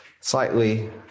slightly